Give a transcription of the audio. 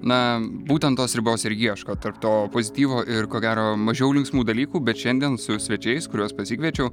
na būtent tos ribos ir ieško tarp to pozityvo ir ko gero mažiau linksmų dalykų bet šiandien su svečiais kuriuos pasikviečiau